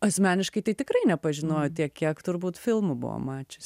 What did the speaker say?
asmeniškai tai tikrai nepažinojo tiek kiek turbūt filmų buvo mačius